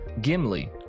Gimli